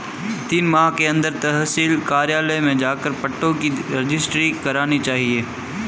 तीन माह के अंदर तहसील कार्यालय में जाकर पट्टों की रजिस्ट्री करानी चाहिए